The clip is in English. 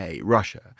russia